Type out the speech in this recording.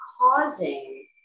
causing